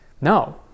No